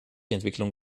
entwicklung